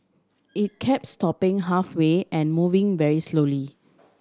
it kept stopping halfway and moving very slowly